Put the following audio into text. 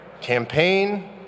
campaign